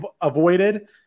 avoided